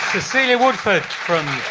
cecilia woolford from